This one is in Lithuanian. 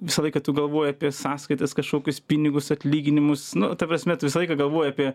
visą laiką tu galvoji apie sąskaitas kažkokius pinigus atlyginimus nu ta prasme tu visai laiką galvoji apie